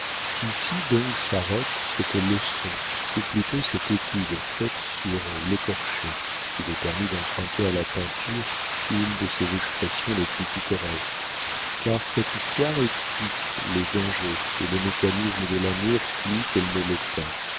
ici donc s'arrête cette leçon ou plutôt cette étude faite sur l'écorché s'il est permis d'emprunter à la peinture une de ses expressions les plus pittoresques car cette histoire explique les dangers et le mécanisme de l'amour plus qu'elle ne le peint